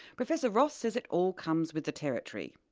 professor ross says it all comes with the territory.